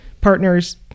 partners